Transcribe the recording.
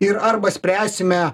ir arba spręsime